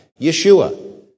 Yeshua